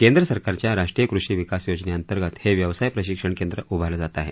केंद्र सरकारच्या राष्ट्रीय कृषी विकास योजनेअंतर्गत हे व्यसाय प्रशिक्षण केंद्र उभारलं जात आहे